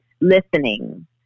listening